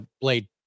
Blade